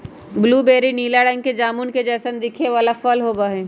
blueberry नीला रंग के जामुन के जैसन दिखे वाला फल होबा हई